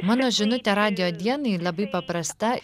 mano žinutė radijo dienai labai paprasta